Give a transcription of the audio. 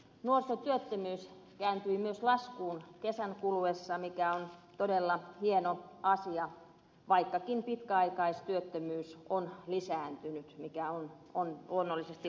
nuorisotyöttömyys kääntyi myös laskuun kesän kuluessa mikä on todella hieno asia vaikkakin pitkäaikaistyöttömyys on lisääntynyt mikä on luonnollisesti valitettava tilanne